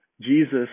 Jesus